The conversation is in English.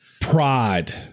Pride